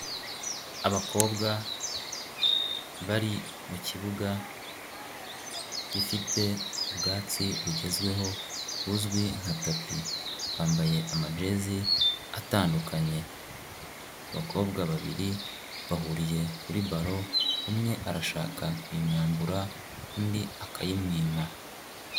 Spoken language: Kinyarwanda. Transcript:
Abakobwa bari mu kibuga gifite ubwatsi bugezweho buzwi nka tapi, bambaye amajezi atandukanye, abakobwa babiri bahuriye kuri baro umwe arashaka kuyimwambura undi akayimwima.